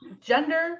gender